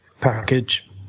package